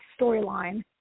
storyline